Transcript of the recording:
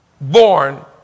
born